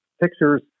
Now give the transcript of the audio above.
pictures